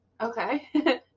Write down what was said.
Okay